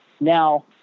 Now